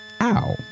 Ow